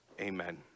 amen